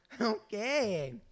Okay